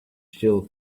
still